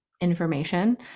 information